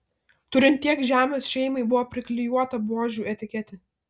turint tiek žemės šeimai buvo priklijuota buožių etiketė